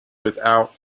without